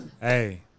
Hey